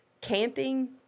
camping